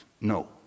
No